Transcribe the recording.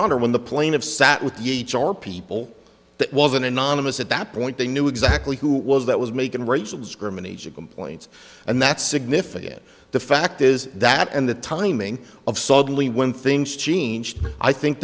honor when the plane of sat with each or people that was an anonymous at that point they knew exactly who was that was making racial discrimination complaints and that's significant the fact is that and the timing of suddenly when things changed i think